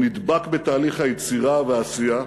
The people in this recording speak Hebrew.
הוא נדבק בתהליך היצירה והעשייה.